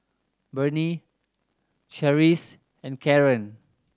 Bernie Charisse and Karren